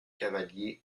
cavalier